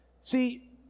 See